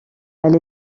elle